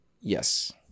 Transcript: Yes